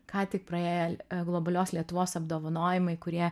ką tik praėję globalios lietuvos apdovanojimai kurie